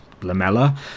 Lamella